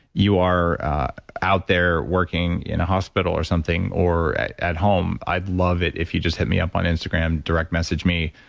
you are out there working in a hospital or something or at at home, i'd love it if you just hit me up on instagram, direct message me.